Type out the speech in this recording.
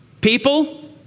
People